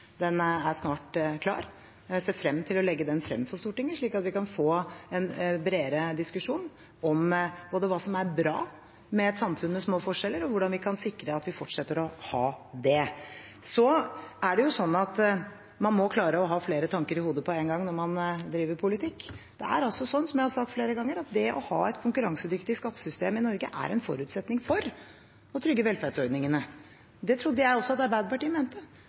Den er snart klar. Jeg ser frem til å legge den frem for Stortinget, slik at vi kan få en bredere diskusjon om både hva som er bra med et samfunn med små forskjeller, og hvordan vi kan sikre at vi fortsetter å ha det. Man må klare å ha flere tanker i hodet på en gang når man driver politikk. Som jeg har sagt flere ganger, er det å ha et konkurransedyktig skattesystem i Norge en forutsetning for å trygge velferdsordningene. Det trodde jeg også at Arbeiderpartiet mente.